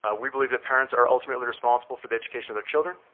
we believe that parents are ultimately responsible for the education of the children.